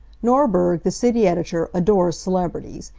norberg, the city editor, adores celebrities.